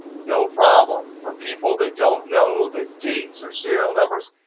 no problem. for people that don't know that dates are serial numbers,